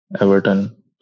Everton